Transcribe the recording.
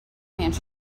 mansion